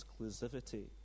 exclusivity